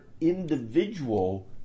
individual